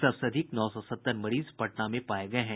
सबसे अधिक नौ सौ सत्तर मरीज पटना में पाये गये हैं